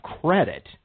credit